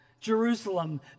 Jerusalem